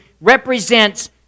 represents